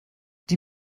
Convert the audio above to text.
die